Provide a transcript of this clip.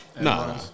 No